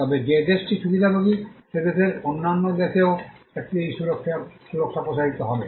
তবে যে দেশটি সুবিধাভোগী সে দেশের অন্যান্য দেশেও একই সুরক্ষা প্রসারিত হবে